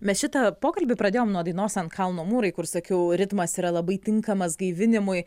mes šitą pokalbį pradėjom nuo dainos ant kalno mūrai kur sakiau ritmas yra labai tinkamas gaivinimui